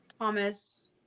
Thomas